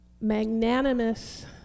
magnanimous